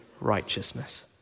righteousness